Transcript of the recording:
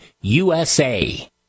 USA